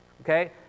Okay